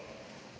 Hvala.